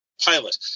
pilot